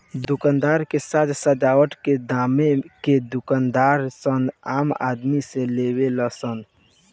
दुकान के साज सजावट के दामो के दूकानदार सन आम आदमी से लेवे ला सन